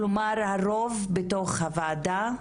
כלומר הרוב בתוך הוועדה,